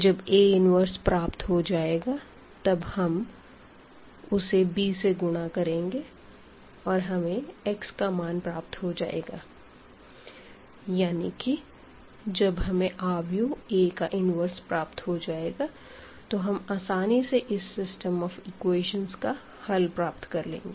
जब A 1 प्राप्त हो जाएगा तब हम उसे b से गुणा करेंगे और हमें x का मान प्राप्त हो जायेगा यानी कि जब हमें मेट्रिक्स A का इन्वर्स प्राप्त हो जाएगा तो हम आसानी से इस सिस्टम ऑफ़ एक्वेशन्स का हल प्राप्त कर लेंगे